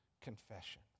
confession